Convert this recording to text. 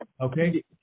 Okay